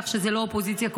כך שזה לא אופוזיציה קואליציה.